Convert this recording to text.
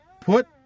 put